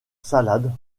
salade